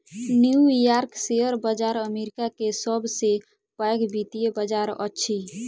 new York शेयर बाजार America के सब से पैघ वित्तीय बाजार अछि